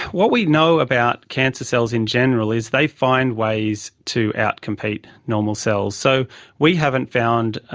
what we know about cancer cells in general is they find ways to outcompete normal cells. so we haven't found,